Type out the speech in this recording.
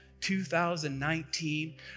2019